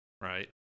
right